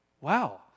Wow